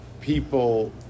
people